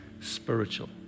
spiritual